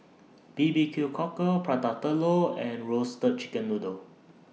B B Q Cockle Prata Telur and Roasted Chicken Noodle